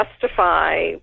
justify